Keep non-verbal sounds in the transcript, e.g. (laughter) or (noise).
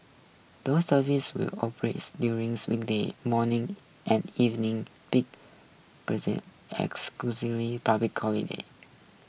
those services will operates during weekday morning and evening big (unintelligible) as (unintelligible)